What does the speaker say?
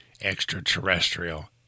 extraterrestrial